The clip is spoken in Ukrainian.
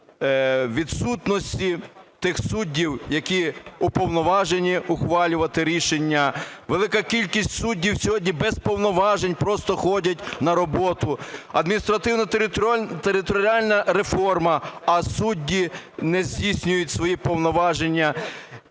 відсутності тих суддів, які уповноважені ухвалювати рішення. Велика кількість суддів сьогодні без повноважень просто ходять на роботу. Адміністративно-територіальна реформа… а судді не здійснюють свої повноваження.